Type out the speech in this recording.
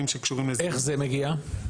איך זה מגיע?